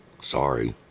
Sorry